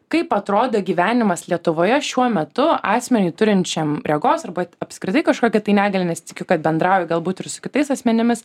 kaip atrodo gyvenimas lietuvoje šiuo metu asmeniui turinčiam regos arba apskritai kažkokią tai negalią nes tikiu kad bendrauji galbūt ir su kitais asmenimis